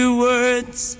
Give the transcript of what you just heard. words